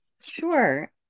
Sure